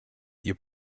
you